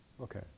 Okay